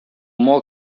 more